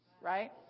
Right